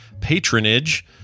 patronage